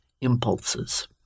impulses